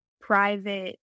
private